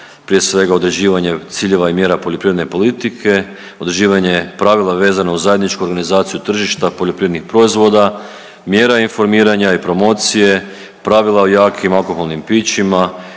prije svega određivanje ciljeva i mjera poljoprivredne politike, određivanje pravila vezano uz zajedničku organizaciju tržišta poljoprivrednih proizvoda, mjera informiranja i promocije, pravila o jakim alkoholnim pićima,